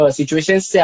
situations